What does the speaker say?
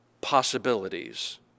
possibilities